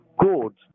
codes